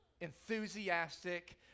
enthusiastic